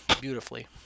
beautifully